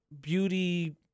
beauty